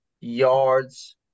yards